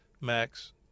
Max